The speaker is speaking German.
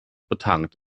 betankt